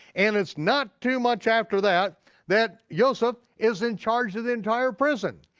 and it's not too much after that that yoseph is in charge of the entire prison.